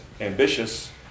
ambitious